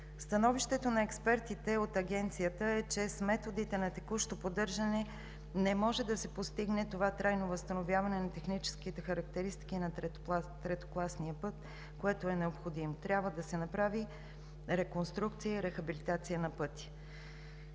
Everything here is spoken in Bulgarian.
Становището на експертите от Агенцията е, че с методите на текущо поддържане не може да се постигне това трайно възстановяване на техническите характеристики на третокласния път, което е необходимо. Трябва да се направи реконструкция и рехабилитация на пътя.